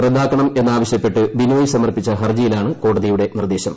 റദ്ദാക്കണമെന്നാവശ്യപ്പെട്ട് ബിനോയ് സമർപ്പിച്ച ഹർജിയിലാണ് കോടതിയുടെ നിർദ്ദേശം